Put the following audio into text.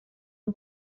amb